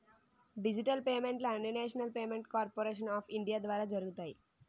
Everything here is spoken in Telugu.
డిజిటల్ పేమెంట్లు అన్నీనేషనల్ పేమెంట్ కార్పోరేషను ఆఫ్ ఇండియా ద్వారా జరుగుతాయి